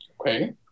Okay